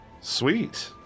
Sweet